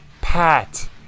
Pat